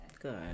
Good